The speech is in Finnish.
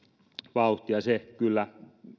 vauhtia se kyllä